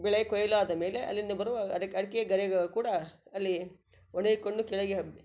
ಬೆಳೆ ಕೊಯ್ಲಾದ ಮೇಲೆ ಅಲ್ಲಿಂದ ಬರುವ ಅಡಿ ಅಡಿಕೆ ಗರಿಗಳು ಕೂಡ ಅಲ್ಲಿ ಒಣಗಿಕೊಂಡು ಕೆಳಗೆ